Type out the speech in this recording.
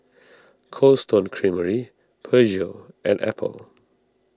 Cold Stone Creamery Peugeot and Apple